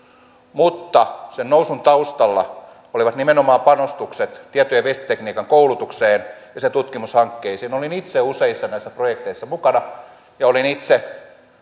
mutta sen nousun taustalla olivat nimenomaan panostukset tieto ja viestintätekniikan koulutukseen ja sen tutkimushankkeisiin olin itse useissa näistä projekteista mukana ja olin itse